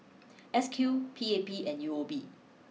S Q P A P and U O B